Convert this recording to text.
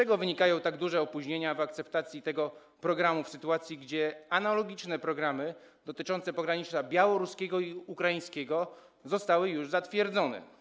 Z czego wynikają tak duże opóźnienia w akceptacji tego programu, w sytuacji gdy analogiczne programy dotyczące pogranicza białoruskiego i ukraińskiego zostały już zatwierdzone?